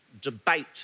debate